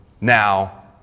now